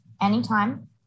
anytime